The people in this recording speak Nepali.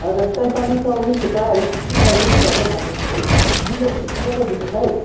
हजुर स्याफाले चौमिन थुक्पाहरू तिनीहरूले जे जे भन्छ भन्नोस् दिनु पकाएर दिनुहोस् है